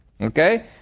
Okay